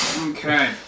Okay